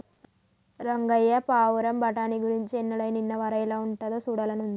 రంగయ్య పావురం బఠానీ గురించి ఎన్నడైనా ఇన్నావా రా ఎలా ఉంటాదో సూడాలని ఉంది